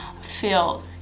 field